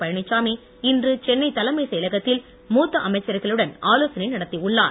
பழனிச்சாமி இன்று சென்னை தலைமை செயலகத்தில் மூத்த அமைச்சர்களுடன் ஆலோசனை நடத்தியுள்ளார்